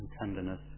tenderness